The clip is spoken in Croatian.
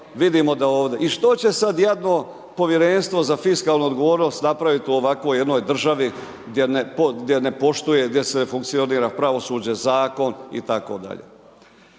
i što će sada jadno Povjerenstvo za fiskalnu odgovornost napraviti u ovako jednoj državi gdje ne poštuje, gdje ne funkcionira pravosuđe, zakon itd.